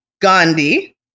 Gandhi